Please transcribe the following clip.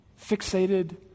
Fixated